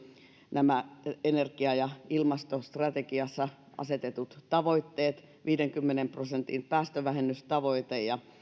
nämä energia ja ilmastostrategiassa asetetut tavoitteet viidenkymmenen prosentin päästövähennystavoite ja